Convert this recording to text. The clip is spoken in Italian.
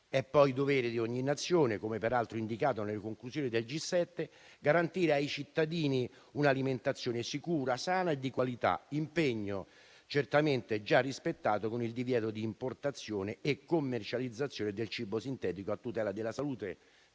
È poi dovere di ogni Nazione, come peraltro indicato nelle conclusioni del G7, garantire ai cittadini un'alimentazione sicura, sana e di qualità; impegno certamente già rispettato con il divieto di importazione e commercializzazione del cibo sintetico, a tutela della salute